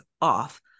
off